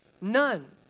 None